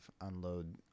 unload